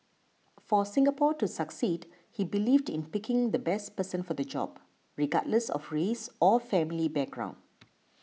for Singapore to succeed he believed in picking the best person for the job regardless of race or family background